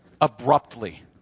abruptly